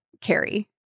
Carrie